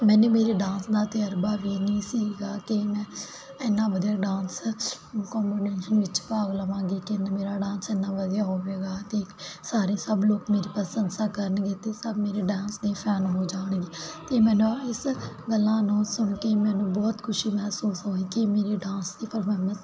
ਮੈਨੂੰ ਮੇਰੇ ਡਾਂਸ ਨਾਲ ਤਜਰਬਾ ਵੀ ਨਹੀਂ ਸੀਗਾ ਕਿ ਮੈਂ ਇਨਾ ਵਧੀਆ ਡਾਂਸ ਵਿੱਚ ਭਾਗ ਲਵਾਂਗੀ ਕਿ ਮੇਰਾ ਡਾਂਸ ਇੰਨਾ ਵਧੀਆ ਹੋਵੇਗਾ ਤੇ ਸਾਰੇ ਸਭ ਲੋਕ ਮੇਰੀ ਪ੍ਰਸੰਸਾ ਕਰਨਗੇ ਤੇ ਸਭ ਮੇਰੇ ਡਾਂਸ ਦੇ ਫੈਨ ਹੋ ਜਾਣਗੇ ਤੇ ਮੈਨੂੰ ਇਸ ਗੱਲਾਂ ਨੂੰ ਸੁਣ ਕੇ ਮੈਨੂੰ ਬਹੁਤ ਖੁਸ਼ੀ ਮਹਿਸੂਸ ਹੋਈ ਕਿ ਮੇਰੇ ਡਾਂਸ ਦੀ